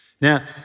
Now